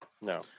No